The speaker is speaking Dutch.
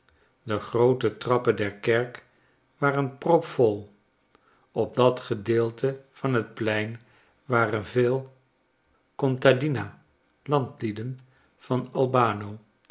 de groote trappen der kerk waren propvol op dat gedeelte van het plein waren veel contadina landlieden van a